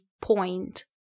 point